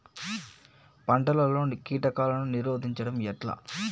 పంటలలో కీటకాలను నిరోధించడం ఎట్లా?